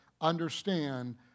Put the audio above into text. understand